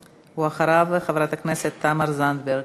ואחריו, חברת הכנסת תמר זנדברג.